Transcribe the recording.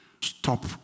stop